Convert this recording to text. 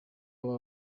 aba